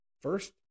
first